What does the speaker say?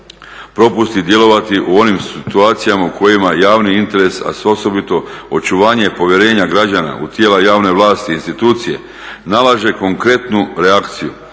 propusti djelovati u onim situacijama u kojima javni interes a s osobito očuvanje povjerenja građana u tijela javne vlasti, institucije nalaže konkretnu reakciju.